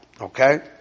Okay